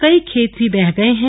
कई खेत भी बह गए हैं